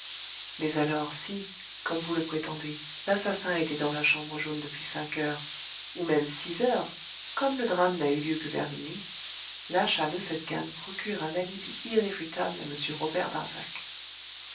mais alors si comme vous le prétendez l'assassin était dans la chambre jaune depuis cinq heures ou même six heures comme le drame n'a eu lieu que vers minuit l'achat de cette canne procure un alibi irréfutable à m robert darzac